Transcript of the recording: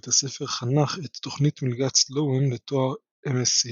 בית הספר חנך את תוכנית מלגת סלואן לתואר MSc,